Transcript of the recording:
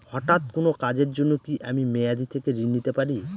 হঠাৎ কোন কাজের জন্য কি আমি মেয়াদী থেকে ঋণ নিতে পারি?